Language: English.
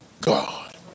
God